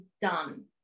done